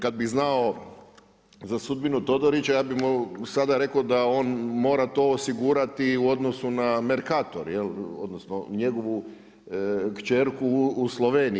Kad bi znao za sudbinu Todorića, ja bih mu sada rekao da on mora to osigurati u odnosu na Mercator, odnosno njegovu kćerku u Sloveniji.